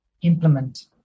implement